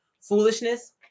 foolishness